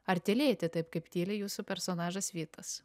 ar tylėti taip kaip tyli jūsų personažas vytas